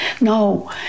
no